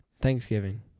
Thanksgiving